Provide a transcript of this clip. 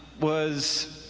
was